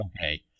okay